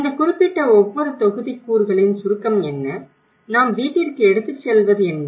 இந்த குறிப்பிட்ட ஒவ்வொரு தொகுதிக்கூறுகளின் சுருக்கம் என்ன நாம் வீட்டிற்கு எடுத்துச் செல்வது என்ன